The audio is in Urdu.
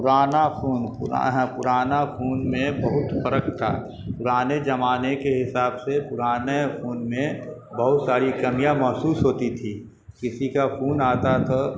پرانا فون پرانا فون میں بہت فرق تھا پرانے زمانے کے حساب سے پرانے فون میں بہت ساری کمیاں محسوس ہوتی تھیں کسی کا فون آتا تھا